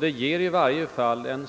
Det hela ger